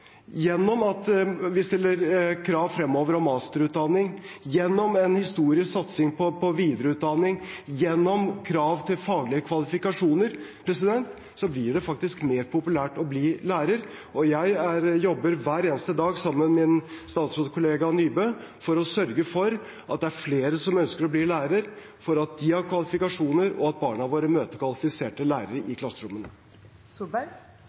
Gjennom at vi fremover stiller krav om masterutdanning, gjennom en historisk satsing på videreutdanning, gjennom krav til faglige kvalifikasjoner, blir det faktisk mer populært å bli lærer. Jeg jobber hver eneste dag sammen med min statsrådskollega Nybø for å sørge for at det er flere som ønsker å bli lærer, at de har kvalifikasjoner, og at barna våre møter kvalifiserte lærere